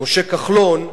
משה כחלון.